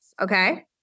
Okay